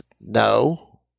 no